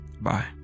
Bye